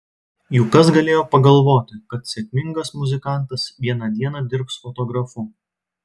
juk kas galėjo pagalvoti kad sėkmingas muzikantas vieną dieną dirbs fotografu